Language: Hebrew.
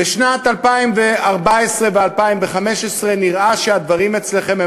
ב-2014 ו-2015 נראה שהדברים אצלכם,